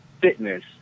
fitness